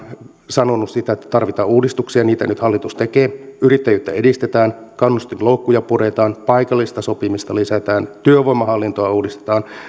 sanonut sitä että tarvitaan uudistuksia ja niitä nyt hallitus tekee yrittäjyyttä edistetään kannustinloukkuja puretaan paikallista sopimista lisätään työvoimahallintoa uudistetaan